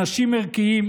אנשים ערכיים,